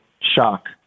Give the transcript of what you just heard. shock